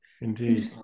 Indeed